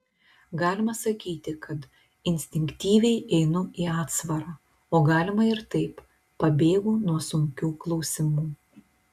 galima sakyti kad instinktyviai einu į atsvarą o galima ir taip pabėgu nuo sunkių klausimų